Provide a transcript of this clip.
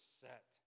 set